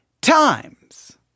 times